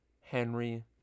Henry